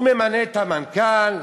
הוא ממנה את המנכ"ל,